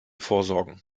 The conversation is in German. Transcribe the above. vorsorgen